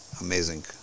Amazing